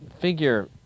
Figure